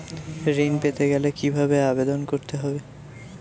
ঋণ পেতে গেলে কিভাবে আবেদন করতে হবে?